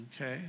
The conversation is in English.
okay